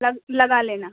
لگ لگا لینا